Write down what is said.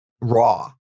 raw